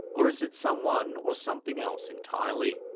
or is it someone, or something else entirely?